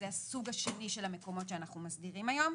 זה הסוג השני של המקומות שאנחנו מסדירים היום.